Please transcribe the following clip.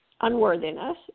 unworthiness